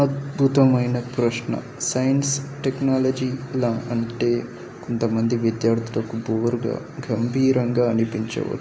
అద్భుతమైన ప్రశ్న సైన్స్ టెక్నాలజీలా అంటే కొంతమంది విద్యార్థులకు బోరుగా గంభీరంగా అనిపించవచ్చు